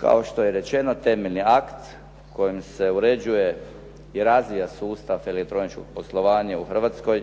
Kao što je rečeno temeljni akt kojim se uređuje i razvija sustav elektroničkog poslovanja u Hrvatskoj